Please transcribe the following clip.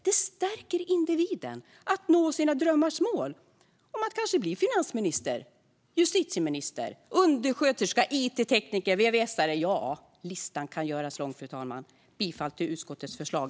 Det stärker individen att nå sina drömmars mål om att kanske bli finansminister, justitieminister, undersköterska, it-tekniker eller vvs:are. Listan kan göras lång, fru talman. Jag yrkar bifall till utskottets förslag.